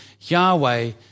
Yahweh